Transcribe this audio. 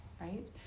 right